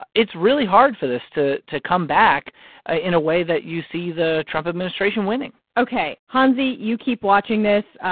it's really hard for this to to come back ah in a way that you see the trump administration winning ok. hansi, you keep watching this.